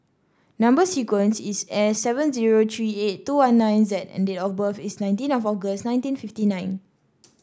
number sequence is S seven zero three eight two one nine Z and date of birth is nineteen of August nineteen fifty nine